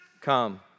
come